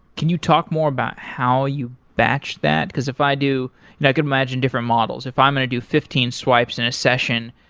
can you talk more about how you batch that, because if i do i could imagine different models. if i'm going to do fifteen swipes in a session,